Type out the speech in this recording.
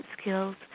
skills